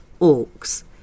orcs